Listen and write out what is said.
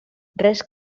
res